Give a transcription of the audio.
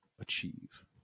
achieve